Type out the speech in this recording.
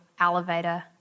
elevator